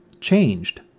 changed